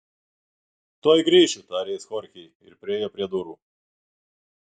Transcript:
tuoj grįšiu tarė jis chorchei ir priėjo prie durų